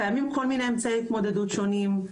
קיימים אמצעי התמודדות שונים.